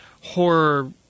horror